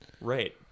Right